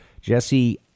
Jesse